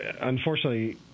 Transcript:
unfortunately